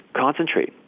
concentrate